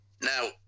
Now